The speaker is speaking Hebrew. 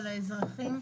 של האזרחים,